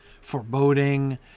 foreboding